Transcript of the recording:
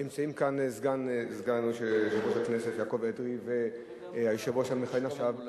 נמצא כאן סגן יושב-ראש הכנסת יעקב אדרי והיושב-ראש המכהן עכשיו,